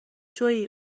جویی